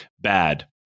bad